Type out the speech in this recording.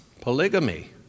polygamy